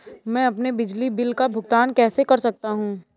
मैं अपने बिजली बिल का भुगतान कैसे कर सकता हूँ?